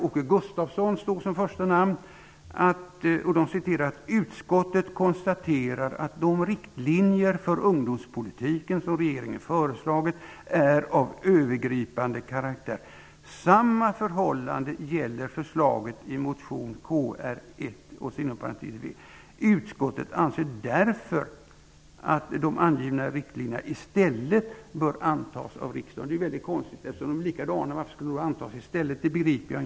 Jag läser där: ''Utskottet konstaterar att de riktlinjer för ungdomspolitiken som regeringen föreslagit är av övergripande karaktär. angivna riktlinjerna i stället bör antas av riksdagen.'' Detta är mycket konstigt. Varför skulle de antas i stället, om de är likadana?